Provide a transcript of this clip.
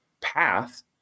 path